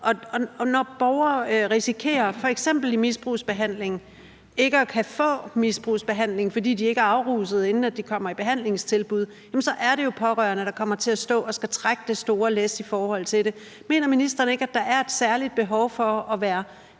Og når borgere risikerer, f.eks. i misbrugsbehandling, ikke at kunne få misbrugsbehandling, fordi de ikke er afruset, inden de kommer i behandlingstilbud, jamen så er det jo pårørende, der kommer til at stå og skulle trække det store læs i forhold til det. Mener ministeren ikke, at der er et særligt behov for at være